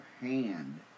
hand